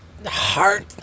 Heart